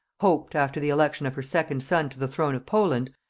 hoped, after the election of her second son to the throne of poland,